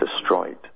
destroyed